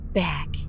back